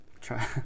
Try